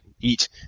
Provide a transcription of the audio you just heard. eat